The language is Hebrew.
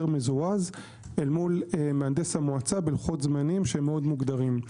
מזורז אל מול מהנדס המועצה בלוחות זמנים שמאוד מוגדרים.